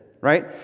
right